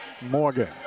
Morgan